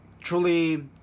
truly